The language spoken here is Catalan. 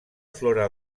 flora